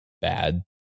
bad